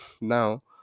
Now